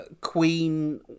Queen